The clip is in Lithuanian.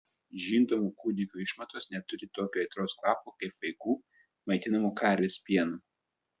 žindomų kūdikių išmatos neturi tokio aitraus kvapo kaip vaikų maitinamų karvės pienu